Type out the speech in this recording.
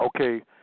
Okay